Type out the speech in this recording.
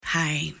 Hi